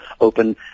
open